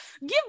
give